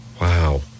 Wow